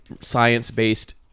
science-based